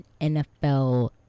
NFL